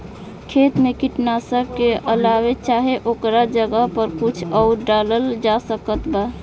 खेत मे कीटनाशक के अलावे चाहे ओकरा जगह पर कुछ आउर डालल जा सकत बा?